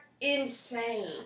insane